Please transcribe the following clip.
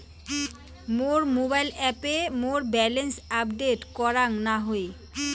মোর mobile অ্যাপে মোর balance update করাং না হই